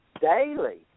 daily